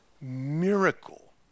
miracle